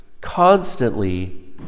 constantly